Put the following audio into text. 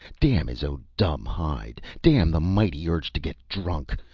damn his own dumb hide! damn the mighty urge to get drunk!